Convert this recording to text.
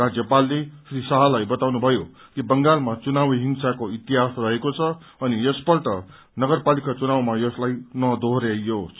राज्यपालले श्री शाहलाई बताउनुभयो कि बंगालमा चुनावी हिंसाको इतिहास रहेको छ अनि यसपल्ट नगरपालिका चुनावमा यसलाई नदोहो याइयोस